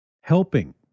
helping